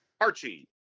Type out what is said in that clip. Archie